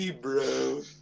bro